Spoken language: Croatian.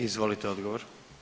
Izvolite odgovor.